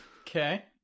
Okay